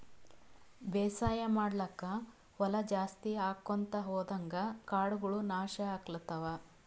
ಬೇಸಾಯ್ ಮಾಡ್ಲಾಕ್ಕ್ ಹೊಲಾ ಜಾಸ್ತಿ ಆಕೊಂತ್ ಹೊದಂಗ್ ಕಾಡಗೋಳ್ ನಾಶ್ ಆಗ್ಲತವ್